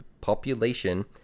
population